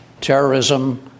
terrorism